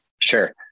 Sure